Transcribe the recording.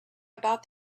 about